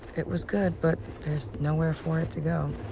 it was good, but there's nowhere for it to go.